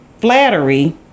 flattery